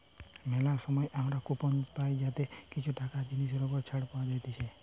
মেলা সময় আমরা কুপন পাই যাতে কিছু টাকা জিনিসের ওপর ছাড় পাওয়া যাতিছে